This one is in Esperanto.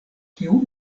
kiu